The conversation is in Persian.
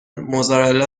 موزارلا